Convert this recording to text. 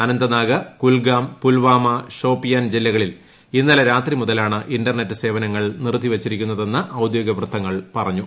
അനന്ത്നാഗ് കുൽഗാം പുൽവാമ ഷോപ്പിയാൻ ജില്ലകളിൽ ഇന്നലെ രാത്രിമുതലാണ് ഇന്റർക്കറ്റ് സേവനങ്ങൾ നിർത്തിവച്ചിരിക്കുന്നവെന്ന് ഔദ്യോഗികവൃത്തങ്ങൾ പറഞ്ഞു